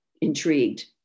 intrigued